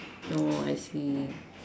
oh I see